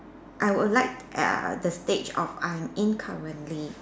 I would like uh the stage of I'm in currently